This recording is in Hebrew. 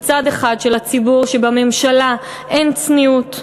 מצד אחד של הציבור שבממשלה אין צניעות,